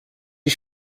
die